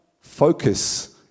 focus